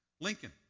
Lincoln